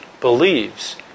believes